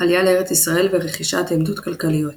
עלייה לארץ ישראל, ורכישת עמדות כלכליות